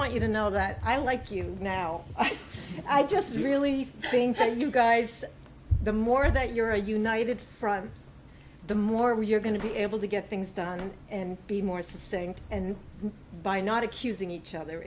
want you to know that i like you now i just really think that you guys the more that you're a united front the more you're going to be able to get things done and be more saying and by not accusing each other